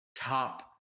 top